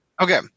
Okay